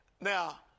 Now